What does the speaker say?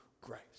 grace